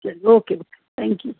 okay okay thank you